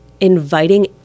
inviting